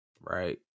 Right